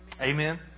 Amen